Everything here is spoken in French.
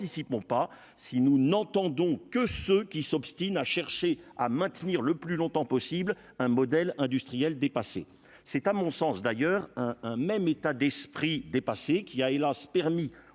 pas, si nous n'entendons que ceux qui s'obstinent à chercher à maintenir le plus longtemps possible un modèle industriel dépassé, c'est à mon sens d'ailleurs un un même état d'esprit dépassé qui a hélas permis aux